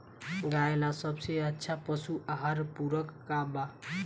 गाय ला सबसे अच्छा पशु आहार पूरक का बा?